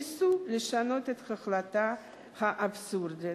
ניסו לשנות את ההחלטה האבסורדית,